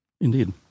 Indeed